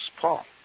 Paul